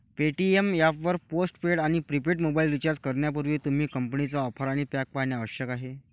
Paytm app वर postpaid आणि prepaid mobile recharge करण्यापूर्वी, तुम्ही कंपनीच्या ऑफर आणि पॅक पाहणे आवश्यक आहे